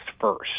first